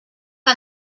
que